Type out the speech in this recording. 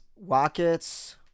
Rockets